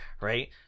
right